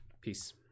Peace